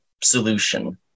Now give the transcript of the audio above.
solution